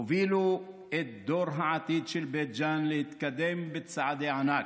הובילו את דור העתיד של בית ג'ן להתקדם בצעדי ענק.